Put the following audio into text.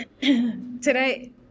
Today